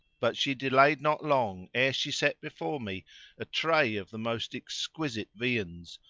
but she delayed not long ere she set before me a tray of the most exquisite viands,